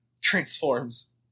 transforms